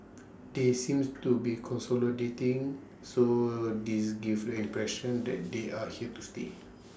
they seems to be consolidating so this gives impression that they are here to stay